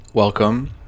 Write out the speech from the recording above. Welcome